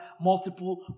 multiple